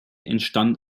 entstand